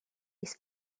his